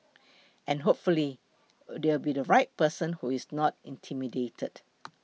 and hopefully there will be the right person who is not intimidated